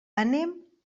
anem